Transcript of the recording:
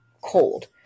cold